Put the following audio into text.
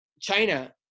China